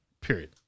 Period